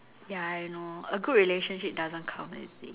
ya I know a good relationship doesn't come easily